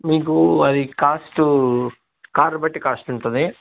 మీకు అది cost car బట్టి కాస్ట్ ఉంటుంది